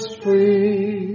free